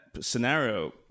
scenario